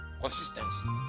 Consistency